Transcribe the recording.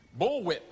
Bullwhip